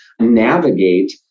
navigate